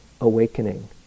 awakening